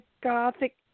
gothic